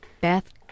Beth